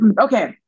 Okay